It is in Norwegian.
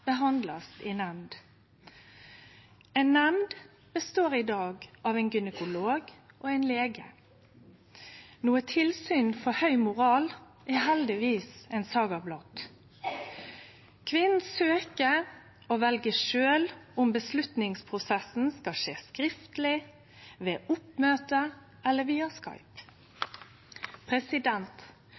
behandlast i nemnd. Ei nemnd består i dag av ein gynekolog og ein lege. Noko «tilsyn for høg moral» er heldigvis ein «saga blott». Kvinna søkjer, og ho vel sjølv om avgjerdsprosessen skal skje skriftleg, ved oppmøte eller